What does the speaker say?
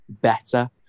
better